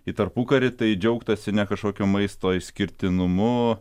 į tarpukarį tai džiaugtasi ne kažkokio maisto išskirtinumu